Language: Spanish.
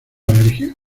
alergia